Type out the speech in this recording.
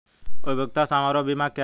उपयोगिता समारोह बीमा क्या है?